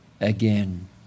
again